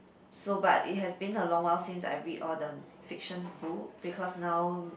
so but it has been a long while since I read all the fiction book because now